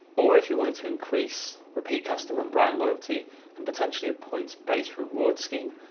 or if you want to increase, repeat customer and brand loyalty and potentially a points based rewards scheme,